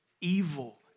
evil